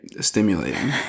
stimulating